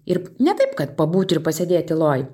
ir ne taip kad pabūt ir pasėdėt tyloj